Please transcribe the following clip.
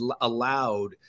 allowed